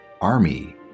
army